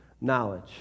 knowledge